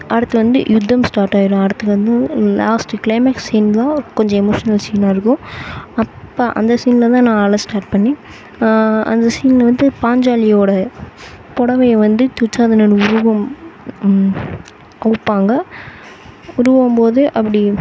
அடுத்து வந்து யுத்தம் ஸ்டார்ட் ஆயிடும் அடுத்தது வந்து லாஸ்ட்டு கிளைமேக்ஸ் சீன்தான் கொஞ்சம் எமோஷ்னல் சீனாக இருக்கும் அப்போ அந்த சீனில்தான் நான் அழ ஸ்டார்ட் பண்ணிணேன் அந்த சீனில் வந்து பாஞ்சாலியோடய புடவைய வந்து துச்சாதனன் உருவும் அவுப்பாங்க உருவும்போது அப்படி